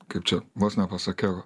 kaip čia vos nepasakiau